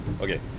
Okay